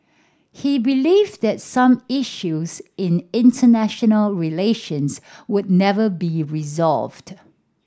he believed that some issues in international relations would never be resolved